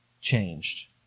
changed